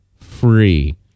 free